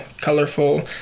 colorful